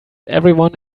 everyone